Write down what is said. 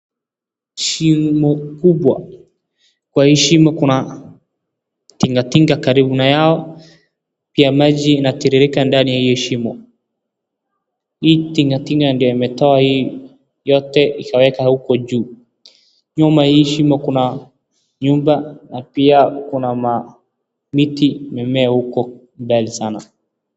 Shimo kubwa. Kwa hii shimo kuna tingatinga karibu na yao, pia maji inatiririka ndani ya hiyo shimo. Hii tingatinga ndiye imetoa hii yote ikaweka huko juu. Nyuma ya hii shimo kuna nyumba na pia kuna mamiti mimea uko mbali sana.